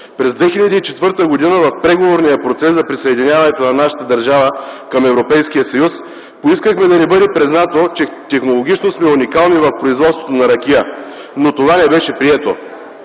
През 2004 г. в преговорния процес за присъединяването на нашата държава към Европейския съюз поискахме да ни бъде признато, че технологично сме уникални в производството на ракия, но това не беше прието.